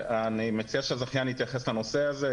אני מציע שהזכיין יתייחס לנושא הזה,